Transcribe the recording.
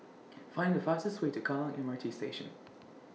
Find The fastest Way to Kallang M R T Station